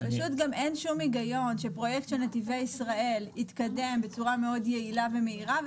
אין שום היגיון שפרויקט של נתיבי ישראל יתקדם בצורה מאוד יעילה ומהירה,